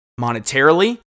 monetarily